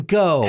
go